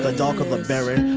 ah darker the berry,